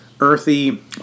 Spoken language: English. earthy